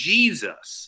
Jesus